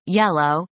yellow